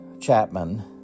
Chapman